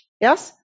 Yes